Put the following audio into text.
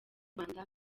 rwanda